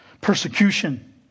Persecution